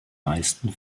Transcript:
meisten